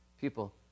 people